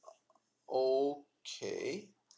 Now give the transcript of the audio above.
okay